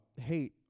hate